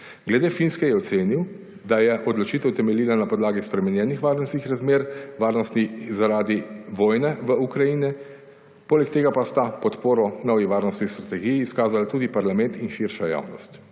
Glede Finske je ocenil, da je odločitev temeljila na podlagi spremenjenih varnostnih razmer, varnosti zaradi vojne v Ukrajini, poleg tega pa sta podporo novi varnostni strategiji izkazala tudi parlament in širša javnost.